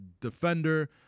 defender